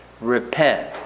repent